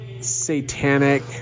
satanic